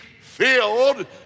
filled